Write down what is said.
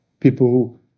people